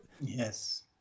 Yes